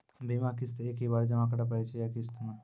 बीमा किस्त एक ही बार जमा करें पड़ै छै या किस्त मे?